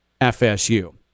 FSU